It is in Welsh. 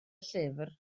llyfr